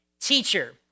Teacher